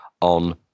on